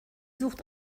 sucht